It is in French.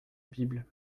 bible